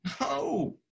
no